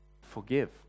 forgive